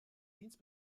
dienst